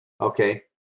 okay